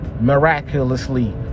miraculously